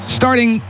starting